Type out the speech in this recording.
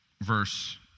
verse